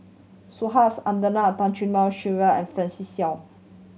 Subhas Sylvia and Seow